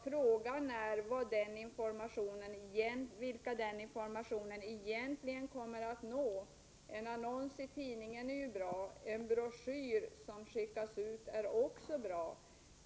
Frågan är dock vilka den informationen egentligen kommer att nå. En annons i tidningen är ju bra. En broschyr som skickas ut är också bra.